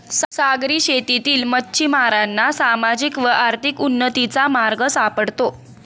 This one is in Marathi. सागरी शेतीतील मच्छिमारांना सामाजिक व आर्थिक उन्नतीचा मार्ग सापडतो